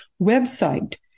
website